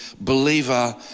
believer